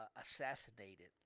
assassinated